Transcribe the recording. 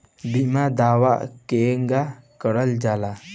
बीमा दावा केगा करल जाला?